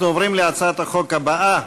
אנחנו עוברים להצעת החוק הבאה: